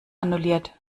annulliert